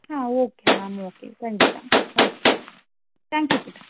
ಹಾಂ okay ma'am okay ಖಂಡಿತ okay thank you ಪುಟ್ಟ